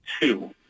two